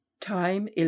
Time